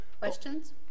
Questions